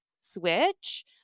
switch